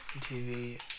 TV